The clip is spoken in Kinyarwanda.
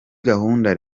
gahunda